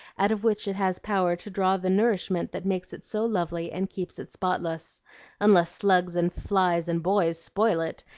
out of which it has power to draw the nourishment that makes it so lovely and keeps it spotless unless slugs and flies and boys spoil it,